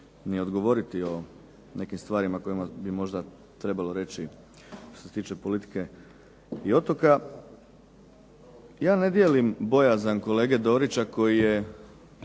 odgovoriti o nekim stvarima o kojima bi možda trebalo reći što se tiče politike i otoka. Ja ne dijelim bojazan kolege Dorića koji je